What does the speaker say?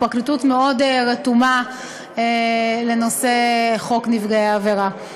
הפרקליטות מאוד רתומה לנושא חוק נפגעי העבירה.